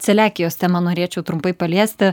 celiakijos temą norėčiau trumpai paliesti